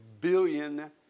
billion